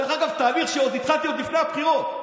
דרך אגב, זה תהליך שהתחלתי עוד לפני הבחירות.